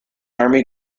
army